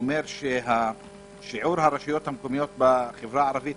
שאומר ששיעור הרשויות המקומיות בחברה הערבית